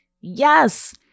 Yes